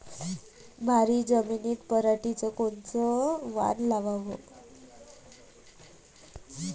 भारी जमिनीत पराटीचं कोनचं वान लावाव?